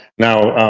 now,